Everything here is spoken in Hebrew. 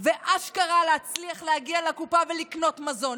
ואשכרה להצליח להגיע לקופה ולקנות מזון.